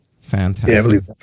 fantastic